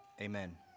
amen